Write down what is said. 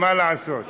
מה אפשר לעשות?